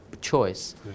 choice